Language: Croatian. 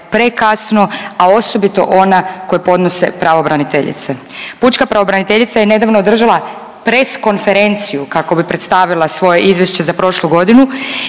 prekasno, a osobito ona koje podnose pravobraniteljice. Pučka pravobraniteljica je nedavno održala press konferenciju kako bi predstavila svoje izvješće za prošlu godinu